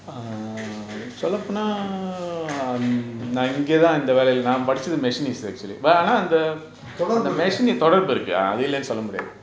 தொடர்பு இருக்கு:thodarpu irukku